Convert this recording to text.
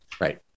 Right